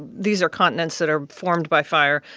these are continents that are formed by fire.